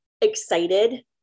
excited